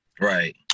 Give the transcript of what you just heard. Right